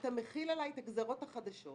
אתה מחיל עלי את הגזרות החדשות